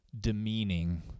demeaning